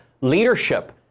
leadership